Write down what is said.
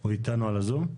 הוא אתנו בזום?